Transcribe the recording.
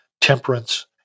temperance